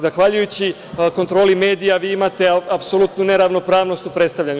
Zahvaljujući kontroli medija vi imate apsolutnu neravnopravnost u predstavljanju.